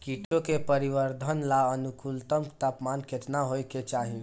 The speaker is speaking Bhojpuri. कीटो के परिवरर्धन ला अनुकूलतम तापमान केतना होए के चाही?